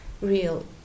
real